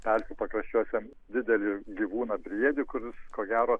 pelkių pakraščiuose didelį gyvūną briedį kuris ko gero